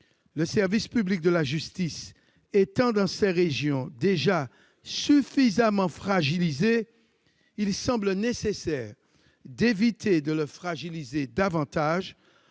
Le service public de la justice étant dans ces régions déjà suffisamment fragilisé, il semble nécessaire d'éviter de le fragiliser davantage